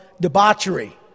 debauchery